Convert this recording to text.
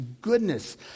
goodness